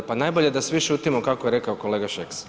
Pa najbolje da svi šutimo kako je rekao kolega Šeks.